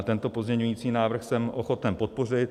Tento pozměňovací návrh jsem ochoten podpořit.